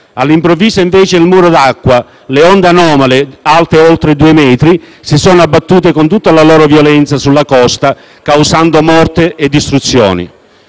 All'improvviso, però, il muro d'acqua e le onde anomale alte oltre due metri si sono abbattuti con tutta la loro violenza sulla costa, causando morte e distruzioni.